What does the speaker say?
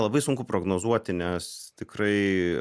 labai sunku prognozuoti nes tikrai